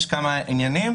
יש כמה עניינים.